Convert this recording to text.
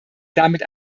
damit